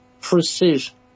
Precision